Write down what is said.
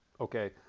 Okay